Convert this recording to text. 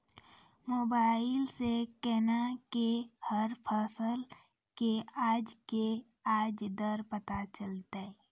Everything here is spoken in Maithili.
मोबाइल सऽ केना कऽ हर फसल कऽ आज के आज दर पता चलतै?